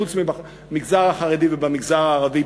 חוץ מבמגזר החרדי ובמגזר הערבי,